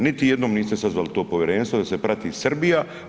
Niti jednom niste sazvali to povjerenstvo da se prati Srbija.